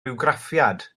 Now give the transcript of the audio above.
bywgraffiad